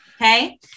Okay